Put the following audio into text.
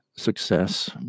success